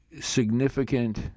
significant